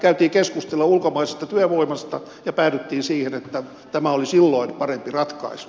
käytiin keskustelua ulkomaisesta työvoimasta ja päädyttiin siihen että tämä oli silloin parempi ratkaisu